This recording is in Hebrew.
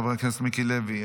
חבר הכנסת מיקי לוי,